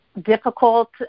difficult